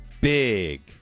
Big